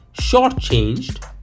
shortchanged